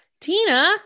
Tina